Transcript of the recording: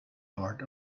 yard